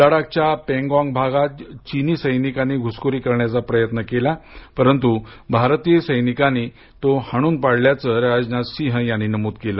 लडाखच्या पेंगाँग भागात चिनी सैनिकांनी घुसखोरीचा प्रयत्न केला परंतु भारतीय सैनिकांनी तो हाणून पाडल्याचं सिंग यांनी नमूद केलं